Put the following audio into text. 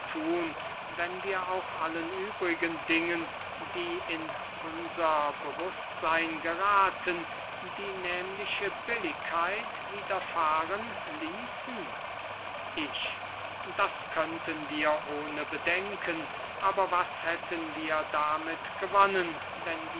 thun wenn wir auch allen übrigen dingen die in unser bewußtseyn gerathen die nehmliche billigkeit wiederfahren ließen ich das könnten wir ohne bedenken aber was hätten wir damit gewonnen wenn